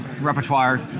repertoire